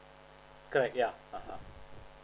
correct yeah (uh huh)